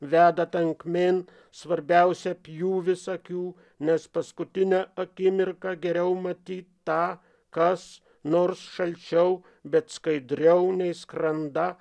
veda tankmėn svarbiausia pjūvis akių nes paskutinę akimirką geriau matyt tą kas nors šalčiau bet skaidriau nei skranda